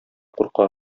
курка